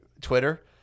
Twitter